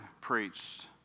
preached